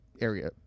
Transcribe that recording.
area